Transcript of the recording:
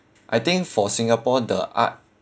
I think for singapore the art